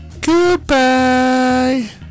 Goodbye